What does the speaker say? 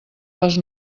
les